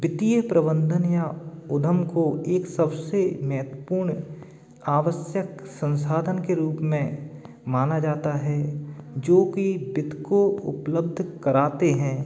वित्तीय प्रबंधन या उद्यम को एक सबसे महत्वपूर्ण आवश्याक संसाधन के रूप में माना जाता है जो कि वित्त को उपलब्ध कराते हैं